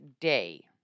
day